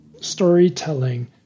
storytelling